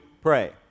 pray